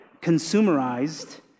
consumerized